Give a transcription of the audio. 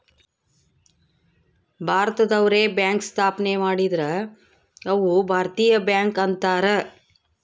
ಭಾರತದವ್ರೆ bank ಸ್ಥಾಪನೆ ಮಾಡಿದ್ರ ಅವು ಭಾರತೀಯ ಬ್ಯಾಂಕ್ ಅಂತಾರ